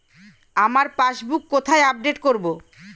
আমার পাসবুক কোথায় আপডেট করব?